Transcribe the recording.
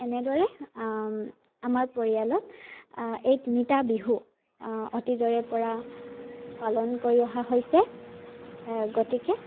এনেদৰে আমাৰ পৰিয়ালত এই তিনিটা বিহু অতীজৰে পৰা পালন কৰি অহা হৈছে গতিকে